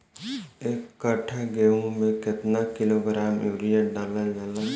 एक कट्टा गोहूँ में केतना किलोग्राम यूरिया डालल जाला?